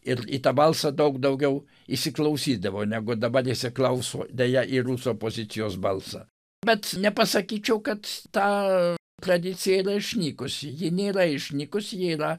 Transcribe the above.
ir į tą balsą daug daugiau įsiklausydavo negu dabar įsiklauso deja į rusų opozicijos balsą bet nepasakyčiau kad ta tradicija yra išnykusi ji nėra išnykusi ji yra